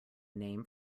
name